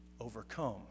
overcome